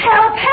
Help